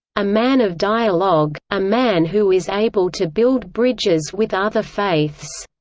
a man of dialogue, a man who is able to build bridges with other faiths